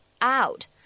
out